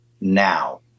now